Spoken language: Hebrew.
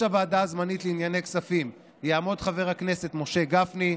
הוועדה הזמנית לענייני כספים יעמוד חבר הכנסת משה גפני,